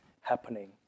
happening